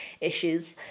issues